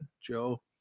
Joe